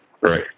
Right